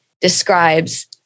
describes